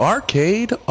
Arcade